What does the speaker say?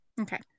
Okay